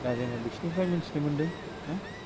दा जोङो बिसिनिफ्राय मोनथिनो मोनदों ना